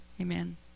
Amen